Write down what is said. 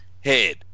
head